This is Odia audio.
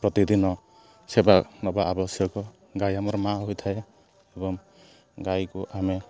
ପ୍ରତିଦିନ ସେବା ନେବା ଆବଶ୍ୟକ ଗାଈ ଆମର ମା' ହୋଇଥାଏ ଏବଂ ଗାଈକୁ ଆମେ